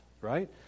right